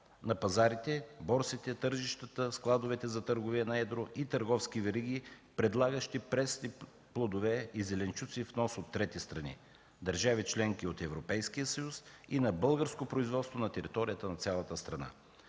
на пазарите, борсите, тържищата, складовете за търговия на едро и търговски вериги, предлагащи пресни плодове и зеленчуци внос от трети страни, държави – членки от Европейския съюз и на българско производство на територията на цялата страна.